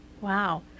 Wow